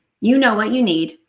you know what you need,